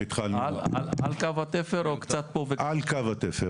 התחלנו --- על קו התפר או קצת פה --- על קו התפר.